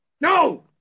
No